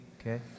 okay